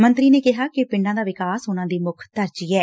ਮੰਤਰੀ ਨੇ ਕਿਹਾ ਕਿ ਪਿੰਡਾਂ ਦਾ ਵਿਕਾਸ ਉਨੂਾਂ ਦੀ ਮੁੱਖ ਤਰਜ਼ੀਹ ਏ